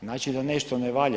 Znači da nešto ne valja.